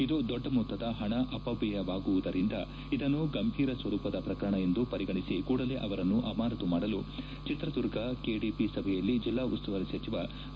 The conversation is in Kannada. ಇದು ದೊಡ್ಡ ಮೊತ್ತದ ಹಣ ಅಪವ್ಯಯವಾಗಿರುವುದರಿಂದ ಇದನ್ನು ಗಂಭೀರ ಸ್ವರೂಪದ ಪ್ರಕರಣ ಎಂದು ಪರಿಗಣಿಸಿ ಕೂಡಲೇ ಅವರನ್ನು ಅಮಾನತು ಮಾಡಲು ಚಿತ್ರದುರ್ಗ ಕೆಡಿಪಿ ಸಭೆಯಲ್ಲಿ ಜೆಲ್ಲಾ ಉಸ್ತುವಾರಿ ಸಚಿವ ಬಿ